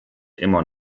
immer